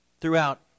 throughout